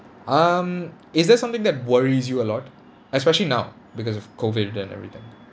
um is there something that worries you a lot especially now because of COVID and everything